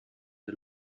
der